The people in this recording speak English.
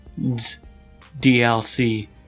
DLC